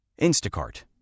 Instacart